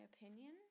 opinion